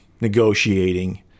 negotiating